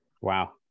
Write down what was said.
Wow